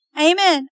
amen